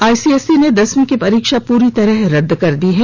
ICSE ने दसवीं की परीक्षा पूरी तरह रद्द कर दी है